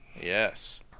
Yes